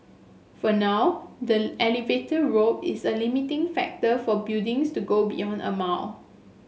for now the elevator rope is a limiting factor for buildings to go beyond a mall